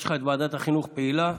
יש לך ועדת חינוך פעילה.